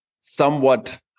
somewhat